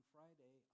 Friday